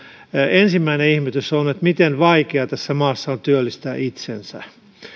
ensimmäinen ihmetys on se miten vaikea tässä maassa on työllistää itsensä